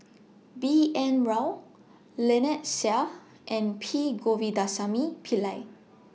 B N Rao Lynnette Seah and P Govindasamy Pillai